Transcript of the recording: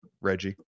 Reggie